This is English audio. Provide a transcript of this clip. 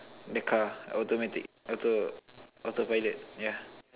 the car automatic auto auto pilot yeah